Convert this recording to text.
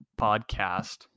podcast